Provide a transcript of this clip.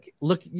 look